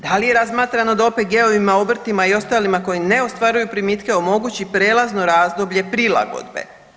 Da li je razmatrano da OPG-ovima, obrtima i ostalima koji ne ostvaruju primitke omogući prelazno razdoblje prilagodbe?